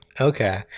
Okay